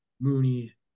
Mooney